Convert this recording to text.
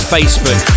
Facebook